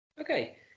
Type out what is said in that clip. Okay